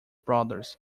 brothers